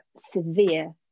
severe